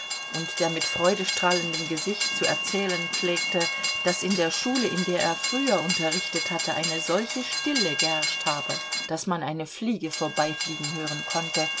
und der mit freudestrahlendem gesicht zu erzählen pflegte daß in der schule in der er früher unterrichtet hatte eine solche stille geherrscht habe daß man eine fliege vorbeifliegen hören konnte